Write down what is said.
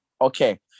Okay